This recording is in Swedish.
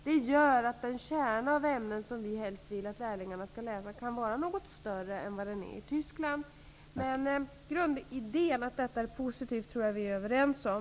Det gör att den kärna av ämnen som vi helst vill att lärlingarna skall läsa kan vara något större än den är i Tyskland. Men grundidén att detta är positivt, tror jag att vi är överens om.